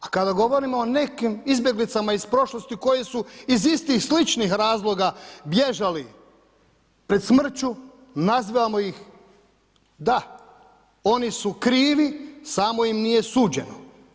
A kada govorimo o nekim izbjeglicama iz prošlosti koje su iz istih ili sličnih razloga bježali pred smrću, nazivamo ih da, oni su krivi, samo im nije suđeno.